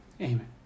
Amen